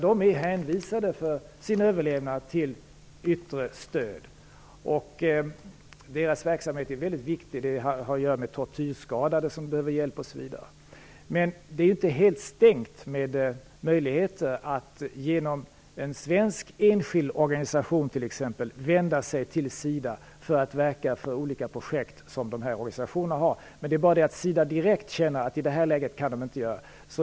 De är hänvisade till yttre stöd för sin överlevnad. Deras verksamhet är mycket viktig. Den har bl.a. att göra med tortyrskadade som behöver hjälp. Men möjligheterna är inte helt stängda att genom en enskild svensk organisation vända sig till SIDA för att verka för olika projekt som de här organisationerna har. Men SIDA självt kan inte göra något i det här läget.